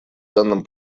данном